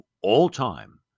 all-time